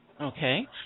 Okay